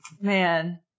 man